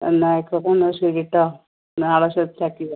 എന്നാൽ ആയിക്കോട്ടെ എന്നാൽ ശരി കേട്ടോ നാളെ സെറ്റ് ആക്കിക്കോ